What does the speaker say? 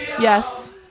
yes